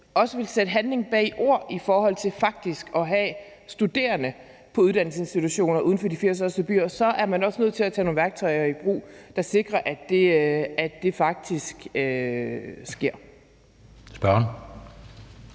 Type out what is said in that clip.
også vil sætte handling bag ord i forhold til faktisk at have studerende på uddannelsesinstitutioner uden for de fire største byer, er man også nødt til at tage nogle værktøjer i brug, der sikrer, at det faktisk sker. Kl.